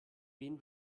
wen